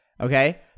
Okay